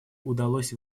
удалось